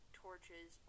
torches